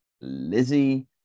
Lizzie